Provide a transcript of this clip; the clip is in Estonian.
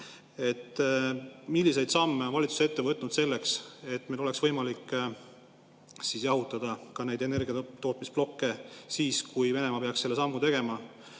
Milliseid samme on valitsus ette võtnud selleks, et meil oleks võimalik jahutada neid energiatootmisplokke siis, kui Venemaa peaks selle sammu tegema?